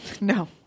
No